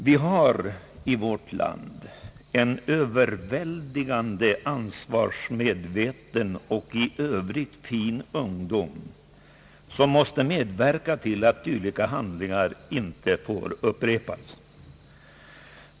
Vi har i vårt land en överväldigande ansvarsmedveten och i övrigt fin ung dom som måste medverka till att dylika handlingar inte får upprepas.